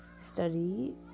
study